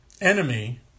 enemy